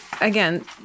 again